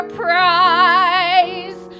prize